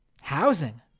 Housing